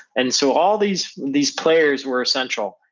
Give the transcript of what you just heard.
and so all these these players were essential.